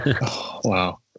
Wow